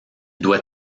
doit